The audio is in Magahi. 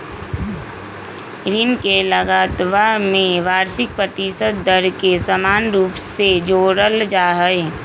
ऋण के लगतवा में वार्षिक प्रतिशत दर के समान रूप से जोडल जाहई